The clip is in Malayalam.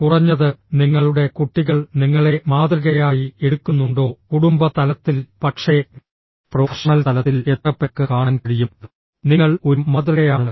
കുറഞ്ഞത് നിങ്ങളുടെ കുട്ടികൾ നിങ്ങളെ മാതൃകയായി എടുക്കുന്നുണ്ടോ കുടുംബ തലത്തിൽ പക്ഷേ പ്രൊഫഷണൽ തലത്തിൽ എത്ര പേർക്ക് കാണാൻ കഴിയും നിങ്ങൾ ഒരു മാതൃകയാണ്